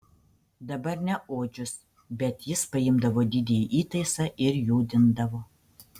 dabar ne odžius bet jis paimdavo didįjį įtaisą ir judindavo